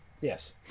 Yes